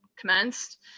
commenced